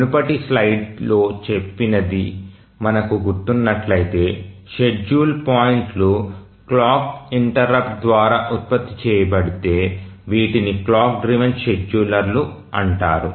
మునుపటి స్లైడ్లో చెప్పినది మనకు గుర్తున్నట్లయితే షెడ్యూల్ పాయింట్లు క్లాక్ ఇంటెర్రుప్ట్ ద్వారా ఉత్పత్తి చేయబడితే వీటిని క్లాక్ డ్రివెన్ షెడ్యూలర్ అంటారు